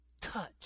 touch